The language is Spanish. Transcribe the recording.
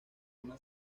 una